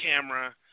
camera